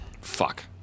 fuck